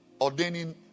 ordaining